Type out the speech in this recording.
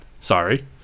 Sorry